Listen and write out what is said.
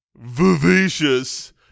Vivacious